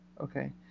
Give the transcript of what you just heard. okay